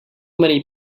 many